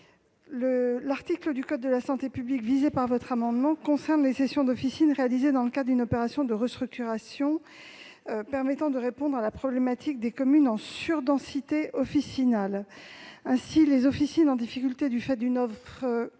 L'article du code de la santé publique visé par votre amendement concerne les cessions d'officine réalisées dans le cadre d'une opération de restructuration permettant de répondre à la problématique des communes en surdensité officinale. Ainsi, les officines en difficulté du fait d'une offre